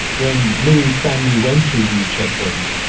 when louis' family went through these checkpoints,